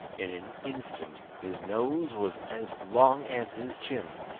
in an instant his nose was as long as his chin,